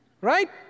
Right